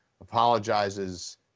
apologizes